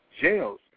jails